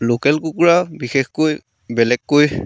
local কুকুৰা বিশেষকৈ বেলেগকৈ